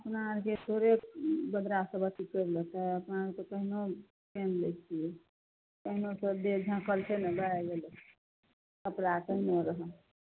अपना आरके थोड़े दोसरा सब अथी करि लेतै अपना आरके केहनो पेन्ह लै छियै केहनो छौ देह झाँपल छै भए गेलै कपड़ा केहनो रहए